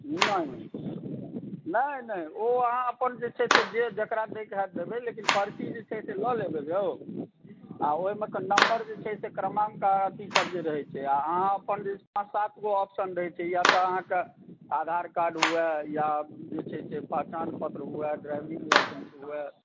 नहि नहि नहि नहि ओ अहाँ अपन जे चाही से जकरा दैके होएत देबै लेकिन पर्ची जे छै से लऽ लेबै यौ आ ओहिमेके नम्बर जे छै से क्रमाङ्क आ अथी सभ जे रहै छै अहाँ अपन ओहिमे पाँच सात गो ऑप्शन रहै छै इएह सँ अहाँके आधारकार्ड जे छै से पहचान पत्र हुए ड्राइवरी लाइसेन्स हुए